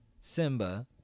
Simba